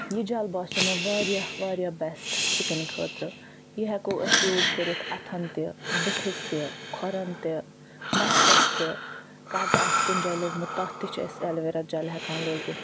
یہِ جل باسٮ۪و مےٚ واریاہ واریاہ بیٚسٹ سِکنہٕ خٲطرٕ یہِ ہیٚکو أسۍ یوٗز کٔرِتھ اَتھَن تہِ بُتھِس تہِ کھۄرَن تہِ مَستَس تہِ کَٹ آسہِ کُنہ جایہِ لوٚگمُت تتھ تہِ چھِ أسۍ ایلویرا جَل ہیٚکان لٲگِتھ